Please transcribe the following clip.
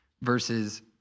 versus